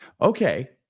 Okay